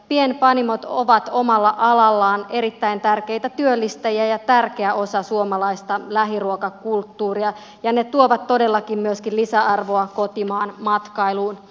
pienpanimot ovat omalla alallaan erittäin tärkeitä työllistäjiä ja tärkeä osa suomalaista lähiruokakulttuuria ja ne tuovat todellakin myöskin lisäarvoa kotimaan matkailuun